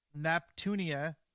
Neptunia